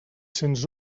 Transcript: cents